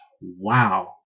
wow